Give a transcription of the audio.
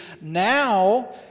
now